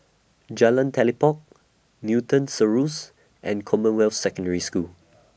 Jalan Telipok Newton Cirus and Commonwealth Secondary School